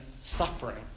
suffering